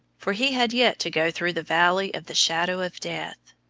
for he had yet to go through the valley of the shadow of death.